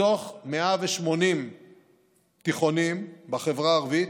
מתוך 180 תיכונים בחברה הערבית,